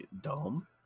dumb